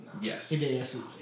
Yes